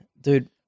Dude